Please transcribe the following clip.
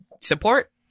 support